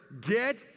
get